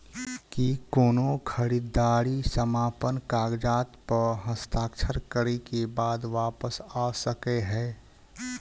की कोनो खरीददारी समापन कागजात प हस्ताक्षर करे केँ बाद वापस आ सकै है?